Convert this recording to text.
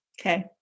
Okay